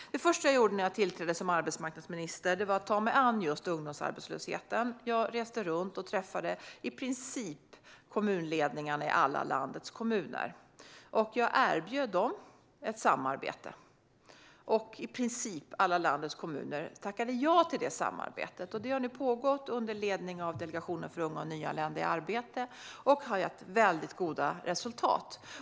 Det första jag gjorde när jag tillträdde som arbetsmarknadsminister var att ta mig an just ungdomsarbetslösheten. Jag reste runt och träffade kommunledningarna i nästan alla landets kommuner. Jag erbjöd dem ett samarbete, och i princip tackade alla landets kommuner ja. Detta samarbete har nu pågått under ledning av Delegationen för unga och nyanlända i arbete och har gett mycket goda resultat.